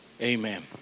Amen